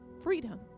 freedom